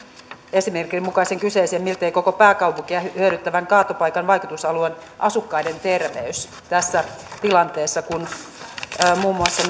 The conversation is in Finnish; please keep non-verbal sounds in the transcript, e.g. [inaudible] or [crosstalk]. esimerkin mukaisen kyseisen miltei koko pääkaupunkia hyödyttävän kaatopaikan vaikutusalueen asukkaiden terveys tässä tilanteessa kun muun muassa [unintelligible]